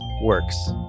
works